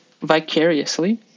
vicariously